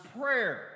Prayer